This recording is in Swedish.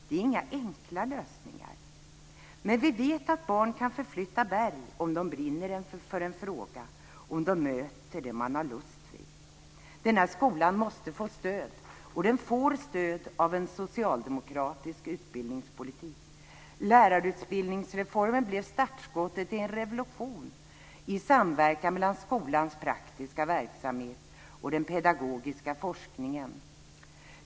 Det finns inga enkla lösningar. Men vi vet att barn kan förflytta berg om de brinner för en fråga och om de möter det de har lust till. Den här skolan måste få stöd, och den får stöd av en socialdemokratisk utbildningspolitik. Lärarutbildningsreformen blev startskottet till en revolution i samverkan mellan skolans praktiska verksamhet och den pedagogiska forskningen.